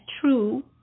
true